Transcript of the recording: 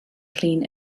clean